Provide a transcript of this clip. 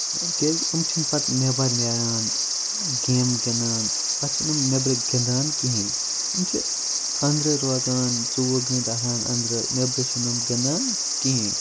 کیاز یِم چھِنہٕ پَتہٕ نٮ۪بَر نیران گیم گِنٛدان پَتہٕ چھِنہٕ یِم نٮ۪برٕ گِنٛدان کِہیٖنۍ یِم چھِ أنٛدرٕ روزان ژوٚوُہ گٲنٛٹہٕ آسان أنٛدرٕ نٮ۪برٕ چھنہٕ یِم گِنٛدان کِہیٖنۍ